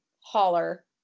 holler